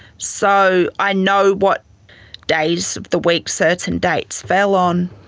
so i know what days of the week certain dates fell on.